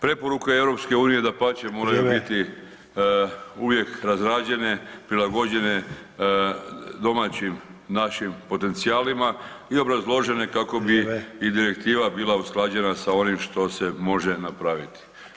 Preporuke EU dapače, moraju biti [[Upadica: Vrijeme.]] uvijek razrađene, prilagođene, domaćim našim potencijalima i obrazložene kako bi [[Upadica: Vrijeme.]] i direktiva bila usklađena s onim što se može napraviti.